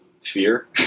fear